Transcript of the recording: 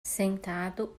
sentado